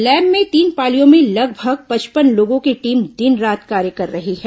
lab में तीन पालियों में लगभग पचपन लोगों की टीम दिनरात कार्य कर रही है